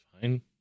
fine